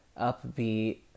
upbeat